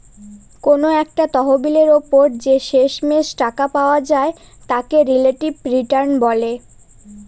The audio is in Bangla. কোনো একটা তহবিলের ওপর যে শেষমেষ টাকা পাওয়া যায় তাকে রিলেটিভ রিটার্ন বলে